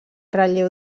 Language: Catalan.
relleu